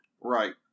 Right